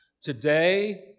Today